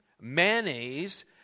mayonnaise